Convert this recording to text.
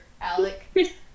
Alec